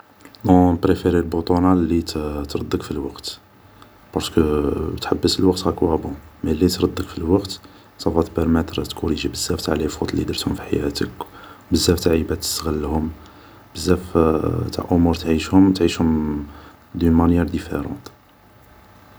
بون نبريفيري البوطونا اللي تردك في الوقت ، بارسكو تحبس الوقت اكوا بون ، مي لي تردك في الوقت صافا تو بارماتر تكوريجي بزاف تاع لي فوط ديرتهم في حياتك ، بزاف تاع عباد تستغلهم ، بزاف تاع امور تعيشهم ، تعيشهم دون مانيار ديفيرونت